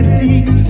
deep